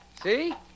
See